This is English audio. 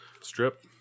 strip